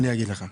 אגיד לך.